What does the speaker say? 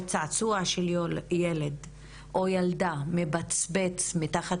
או צעצוע של ילד או ילדה מבצבץ מתחת